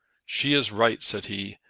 she is right, said he.